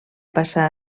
passar